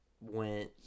went